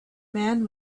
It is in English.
man